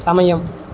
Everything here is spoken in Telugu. సమయం